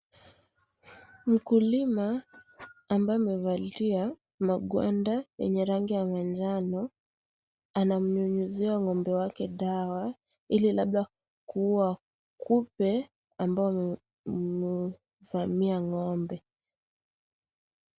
Mkulima ambaye amevalia magwanda yenye rangi ya manjano anamnyunyizia ng'ombe wake dawa ili labda kuuwa kupe ambao wamevamia ng'ombe.